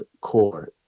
core